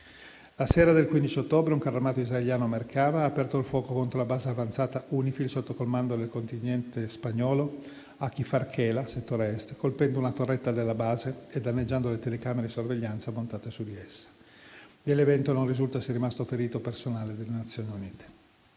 La sera del 15 ottobre, un carro armato israeliano Merkava ha aperto il fuoco contro la base avanzata UNIFIL sotto il comando del contingente spagnolo a Kfar Kela, settore Est, colpendo una torretta della base e danneggiando le telecamere di sorveglianza montate su di essa. Nell'evento non risulta sia rimasto ferito personale delle Nazioni Unite.